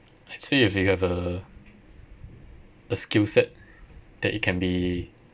actually if you have a a skill set that it can be